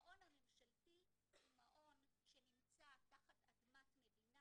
המעון הממשלתי הוא מעון שנמצא תחת אדמת מדינה,